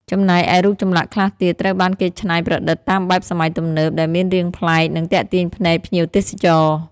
ចំណែកឯរូបចម្លាក់ខ្លះទៀតត្រូវបានគេច្នៃប្រឌិតតាមបែបសម័យទំនើប ដែលមានរាងប្លែក និងទាក់ទាញភ្នែកភ្ញៀវទេសចរ។